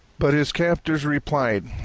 but his captors replied,